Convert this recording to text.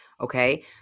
Okay